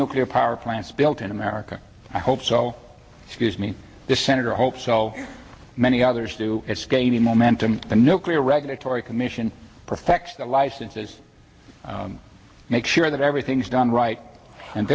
nuclear power plants built in america i hope so excuse me the senator hopes so many others do it's gaining momentum the nuclear regulatory commission perfect the licenses make sure that everything is done right and